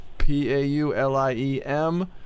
P-A-U-L-I-E-M